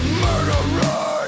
murderers